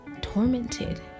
tormented